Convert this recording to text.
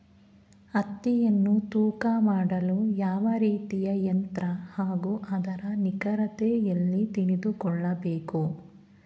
ಹತ್ತಿಯನ್ನು ತೂಕ ಮಾಡಲು ಯಾವ ರೀತಿಯ ಯಂತ್ರ ಹಾಗೂ ಅದರ ನಿಖರತೆ ಎಲ್ಲಿ ತಿಳಿದುಕೊಳ್ಳಬೇಕು?